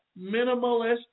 minimalist